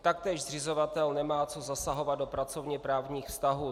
Taktéž zřizovatel nemá co zasahovat do pracovněprávních vztahů.